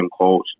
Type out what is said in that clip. coach